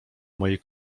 mojej